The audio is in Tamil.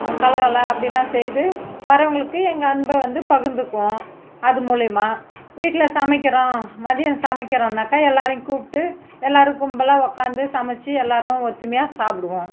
கலகல அப்படிலாம் செய்து வர்றவங்களுக்கு எங்கள் அன்பை வந்து பகிர்ந்துக்குவோம் அது மூலயமா வீட்டில் சமைக்கிறோம் மதியம் சமைக்கிறோன்னாக்கா எல்லோரையும் கூப்பிட்டு எல்லோரும் கும்பலாக உக்காந்து சமைச்சு எல்லோரும் ஒற்றுமையா சாப்பிடுவோம்